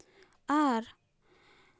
ᱟᱨ